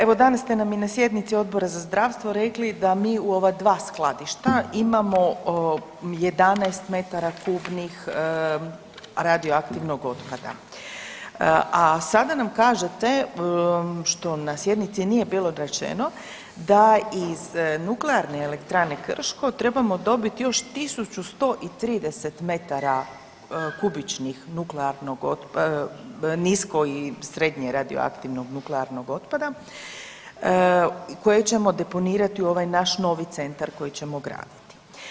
Evo danas ste nam i na sjednici Odbora za zdravstvo rekli da mi u ova dva skladišta imamo 11 m3 radioaktivnog otpada, a sada nam kažete što na sjednici nije bilo rečeno da iz Nuklearne elektrane Krško trebamo dobit još 1.130 m3 nuklearnog, nisko i srednje radioaktivnog nuklearnog otpada koje ćemo deponirati u ovaj naš novi centar koji ćemo graditi.